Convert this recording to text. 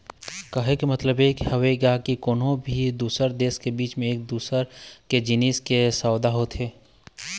कहे के मतलब ये हवय गा के कोनो भी दू देश के बीच म एक दूसर के जिनिस के सउदा होथे